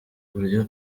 buryo